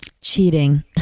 cheating